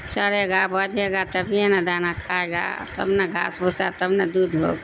چرے گا بجے گا تبھی نا دانا کھائے گا تب نا گھاس بھوسا تب نا دودھ ہوگا